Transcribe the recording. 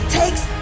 takes